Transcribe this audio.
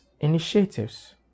initiatives